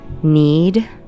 Need